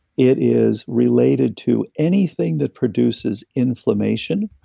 it is related to anything that produces inflammation,